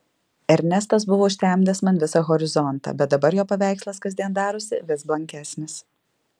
ernestas buvo užtemdęs man visą horizontą bet dabar jo paveikslas kasdien darosi vis blankesnis